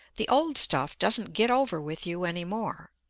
the old stuff doesn't get over with you any more.